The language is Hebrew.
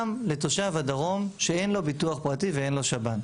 גם לתושב הדרום שאין לו ביטוח פרטי ואין לו שב"ן.